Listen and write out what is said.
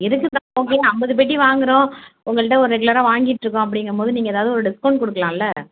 எதுக்குனா okay ஐம்பது பெட்டி வாங்குகிறோம் உங்கள்கிட்ட ஒரு ரெகுலராக வாங்கிகிட்ருக்கோம் அப்டிங்கும் போது நீங்கள் ஏதாவது ஒரு டிஸ்கவுண்ட் கொடுக்கலாம்ல